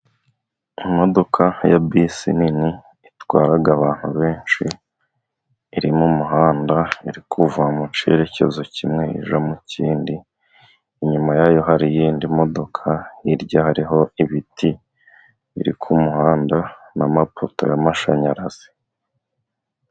Imodoka ya bisi nini itwara abantu benshi iri mu muhanda iri kuva mu cyerekezo kimwe ijya mukindi inyuma yayo hari iyindi modoka hirya hariho ibiti biri ku muhanda na mapoto yamashanyarazi.